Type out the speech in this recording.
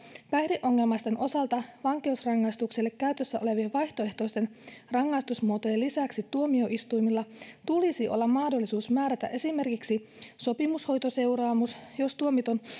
päihdeongelmaisten osalta vankeusrangaistukselle käytössä olevien vaihtoehtoisten rangaistusmuotojen lisäksi tuomioistuimilla tulisi olla mahdollisuus määrätä esimerkiksi sopimushoitoseuraamus jos tuomitun